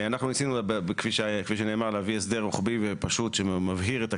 אנחנו ניסינו כפי שנאמר להביא הסדר רוחבי ופשוט שמבהיר את הכללים,